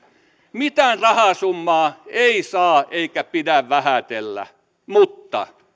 mitään rahasummaa ei saa eikä pidä vähätellä mutta